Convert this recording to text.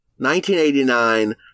1989